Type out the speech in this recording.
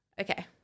Okay